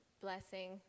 blessing